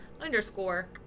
underscore